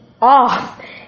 off